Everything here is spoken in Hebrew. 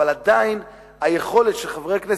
אבל עדיין היכולת של חברי הכנסת,